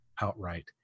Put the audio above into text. outright